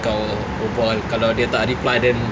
kau berbual kalau dia tak reply then